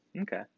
Okay